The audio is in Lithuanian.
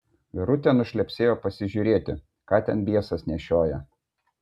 verutė nušlepsėjo pasižiūrėti ką ten biesas nešioja